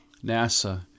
NASA